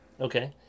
Okay